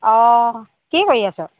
অ কি কৰি আছ